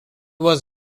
was